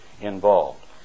involved